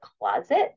closet